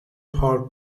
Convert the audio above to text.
پارک